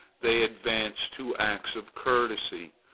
they advance to acts of courtesy,